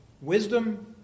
wisdom